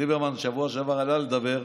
ליברמן בשבוע שעבר עלה לדבר,